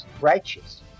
righteous